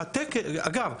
אגב,